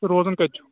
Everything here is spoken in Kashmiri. روزان کتہِ چھُو